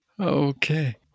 Okay